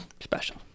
Special